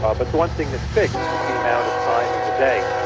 um but the one thing that's fixed is the amount of time in the day.